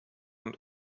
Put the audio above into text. und